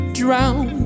drown